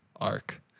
arc